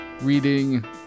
reading